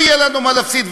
לא יהיה לנו מה להפסיד,